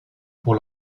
pour